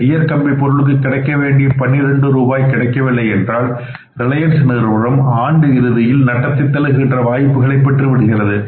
இந்த கியர் கம்பி பொருளுக்கு கிடைக்க வேண்டிய 12 ரூபாய் கிடைக்கவில்லை என்றால் ரிலையன்ஸ் நிறுவனம் ஆண்டு இறுதியில் நட்டத்தை தழுவுகின்ற வாய்ப்புகளைப் பெற்று விடுகிறது